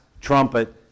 trumpet